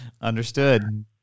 understood